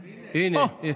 הינה,